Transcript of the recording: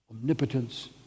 omnipotence